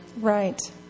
Right